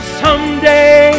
someday